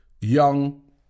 Young